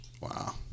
Wow